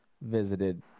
visited